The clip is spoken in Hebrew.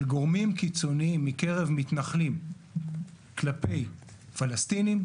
גורמים קיצוניים מקרב מתנחלים כלפי פלסטינים,